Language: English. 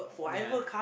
yeah